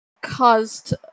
caused